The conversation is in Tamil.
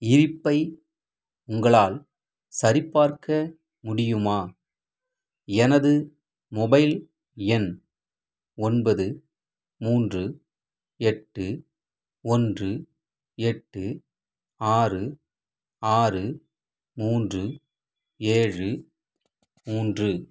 இருப்பை உங்களால் சரிபார்க்க முடியுமா எனது மொபைல் எண் ஒன்பது மூன்று எட்டு ஒன்று எட்டு ஆறு ஆறு மூன்று ஏழு மூன்று